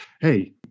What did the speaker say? Hey